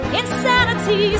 insanity